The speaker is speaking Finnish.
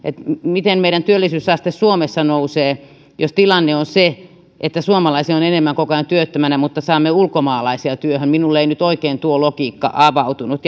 miten meidän työllisyysaste suomessa nousee jos tilanne on se että suomalaisia on koko ajan enemmän työttömänä mutta saamme ulkomaalaisia työhön minulle ei nyt oikein tuo logiikka avautunut